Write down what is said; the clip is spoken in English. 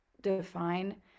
define